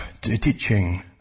teaching